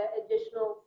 additional